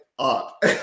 Up